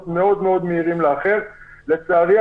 לצערי,